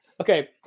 okay